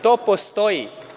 To postoji.